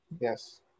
Yes